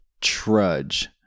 trudge